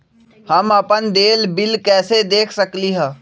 हम अपन देल बिल कैसे देख सकली ह?